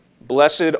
Blessed